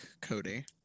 Cody